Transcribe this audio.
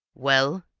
well?